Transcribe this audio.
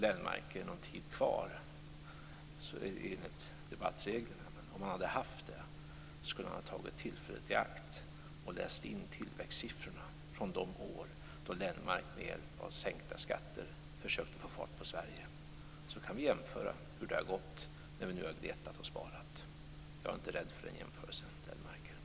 Lennmarker har ingen taletid kvar enligt debattreglerna, men om han hade haft det skulle han ha tagit tillfället i akt och läst upp tillväxtsiffrorna från de år då Lennmarker med hjälp av sänkta skatter försökte få fart på Sverige. Vi har gnetat och sparat. Vi kan jämföra hur det har gått. Jag är inte rädd för den jämförelsen, Lennmarker.